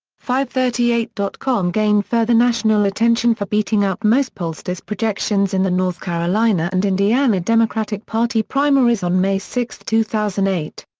fivethirtyeight dot com gained further national attention for beating out most pollsters' projections in the north carolina and indiana democratic party primaries on may six, two thousand and eight.